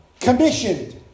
commissioned